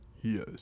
yes